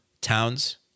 towns